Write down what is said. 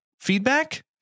feedback